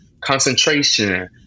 concentration